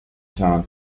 town